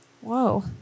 whoa